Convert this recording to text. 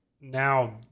now